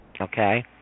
okay